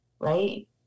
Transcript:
right